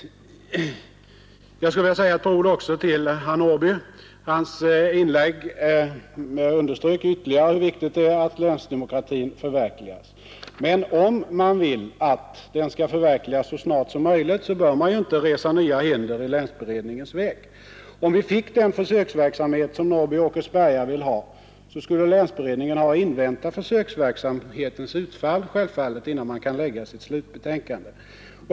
Jag vill säga ett par ord också till herr Norrby i Äkersberga. Hans inlägg underströk ytterligare hur viktigt det är att länsdemokratin förverkligas. Men om man vill att den skall förverkligas så snart som möjligt, bör man inte resa nya hinder i länsberedningens väg. Om vi fick den försöksverksamhet som herr Norrby vill ha, så skulle länsberedningen ha att invänta försöksverksamhetens utfall innan den kan lägga fram sitt slutbetänkande.